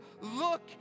Look